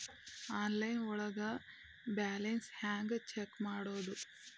Online ಒಳಗೆ balance ಹ್ಯಾಂಗ check ಮಾಡೋದು?